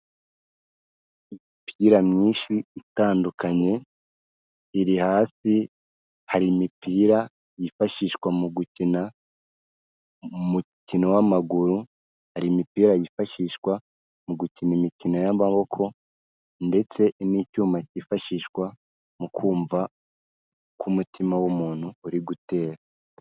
Imipira myinshi itandukanye iri hafi hari imipira yifashishwa mu gukina umukino w'amaguru, hari imipira yifashishwa mu gukina imikino y'amaboko ndetse n'icyuma cyifashishwa mu kumva ko umutima w'umuntu uri gutera.